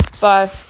bye